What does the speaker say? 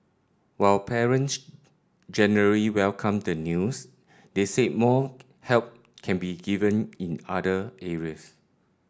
while parents generally welcomed the news they said more help can be given in other areas